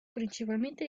principalmente